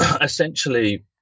essentially